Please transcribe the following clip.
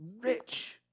rich